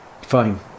Fine